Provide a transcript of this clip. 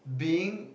being